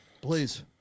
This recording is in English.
Please